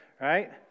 right